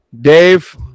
Dave